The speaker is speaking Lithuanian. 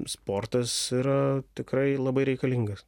sportas yra tikrai labai reikalingas